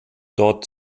dort